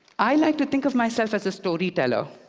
i like to think of myself as a storyteller,